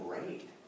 great